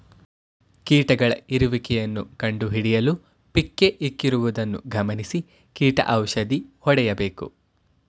ಕೀಟಗಳ ಇರುವಿಕೆಯನ್ನು ಕಂಡುಹಿಡಿಯಲು ಪಿಕ್ಕೇ ಇಕ್ಕಿರುವುದನ್ನು ಗಮನಿಸಿ ಕೀಟ ಔಷಧಿ ಹೊಡೆಯಬೇಕು